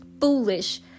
foolish